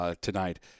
tonight